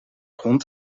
hond